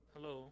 Hello